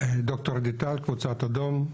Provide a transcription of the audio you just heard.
ד"ר טל, קבוצת אדום.